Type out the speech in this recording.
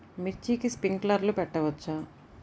మిర్చికి స్ప్రింక్లర్లు పెట్టవచ్చా?